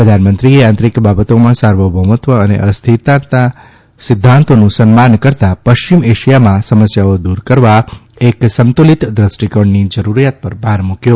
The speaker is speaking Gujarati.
પ્રધાનમંત્રીએ આંતરિક બાબતોમાં સાર્વભૌમત્વ અને અસ્થિરતાના સિદ્ધાંતોનું સન્માન કરતાં પશ્ચિમ એશિયામાં સમસ્યાઓ દૂર કરવા એક સંતુલિત દ્રષ્ટિકોણની જરૂરિયાત પર ભાર મૂક્યો